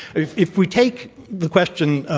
if if we take the question,